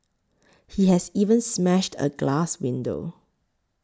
he has even smashed a glass window